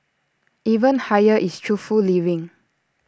even higher is truthful living